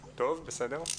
בסדר.